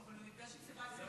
הוא נפגש עם סבסטיאן